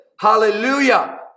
Hallelujah